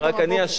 יש נתונים.